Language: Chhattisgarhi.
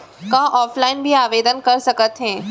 का ऑफलाइन भी आवदेन कर सकत हे?